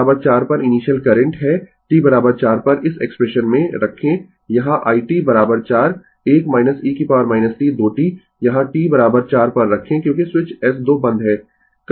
t 4 पर initial current है t 4 पर इस एक्सप्रेशन में रखे यहाँ i t 4 1 e t 2 t यहाँ t 4 पर रखे क्योंकि स्विच S 2 बंद है